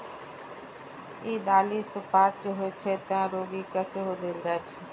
ई दालि सुपाच्य होइ छै, तें रोगी कें सेहो देल जाइ छै